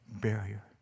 barrier